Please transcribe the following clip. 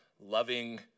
loving